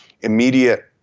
immediate